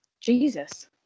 Jesus